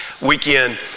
weekend